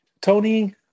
Tony